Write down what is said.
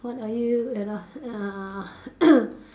what are you you know uh